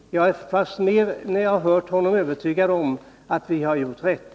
När jag har hört honom, är jag fastmer övertygad om att vi har gjort rätt.